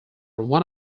one